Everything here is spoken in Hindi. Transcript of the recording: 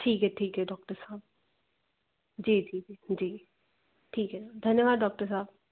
ठीक है ठीक है डॉक्टर साहब जी जी जी जी ठीक है धन्यवाद डॉक्टर साहब